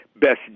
best